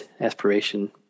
aspiration